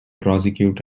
prosecuted